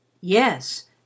yes